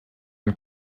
ein